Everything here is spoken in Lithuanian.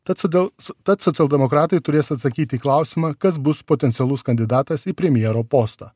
tad sodėl s tad socialdemokratai turės atsakyt į klausimą kas bus potencialus kandidatas į premjero postą